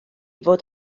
fod